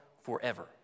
forever